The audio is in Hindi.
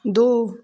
दो